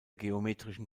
geometrischen